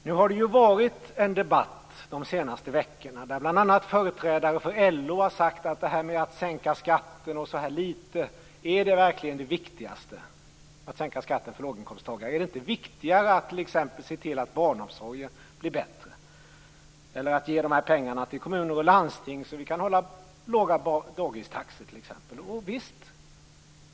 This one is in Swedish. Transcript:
Nu har det varit en debatt de senaste veckorna där bl.a. företrädare för LO har frågat om detta med att sänka skatten för låginkomsttagare så här litet verkligen är det viktigaste och om det inte är viktigare att se till att barnomsorgen blir bättre eller att ge dessa pengar till kommuner och landsting, så att man t.ex. kan hålla låga dagistaxor. Jo visst!